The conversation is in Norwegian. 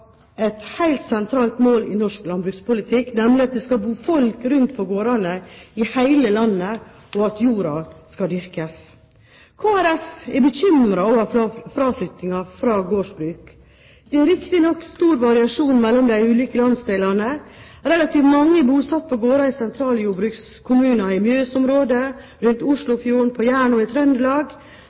et helt sentralt mål i norsk landbrukspolitikk, nemlig at det skal bo folk rundt om på gårdene i hele landet, og at jorda skal dyrkes. Kristelig Folkeparti er bekymret over fraflyttingen fra gårdsbruk. Det er riktignok stor variasjon mellom de ulike landsdelene. Relativt mange er bosatt på gårder i sentrale jordbrukskommuner i Mjøsområdet, rundt Oslofjorden, på Jæren og i Trøndelag,